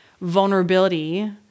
vulnerability